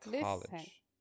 college